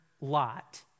Lot